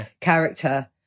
character